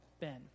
Ben